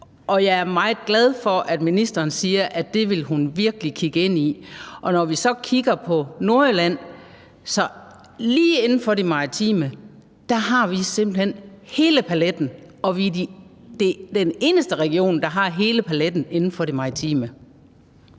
Jeg er meget glad for, at ministeren siger, at det vil hun virkelig kigge ind i. Når vi så kigger på Nordjylland, har vi lige inden for det maritime simpelt hen hele paletten, og vi er den eneste region, der har hele paletten inden for det maritime.